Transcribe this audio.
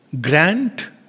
Grant